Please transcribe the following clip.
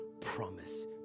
promise